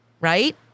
right